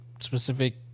specific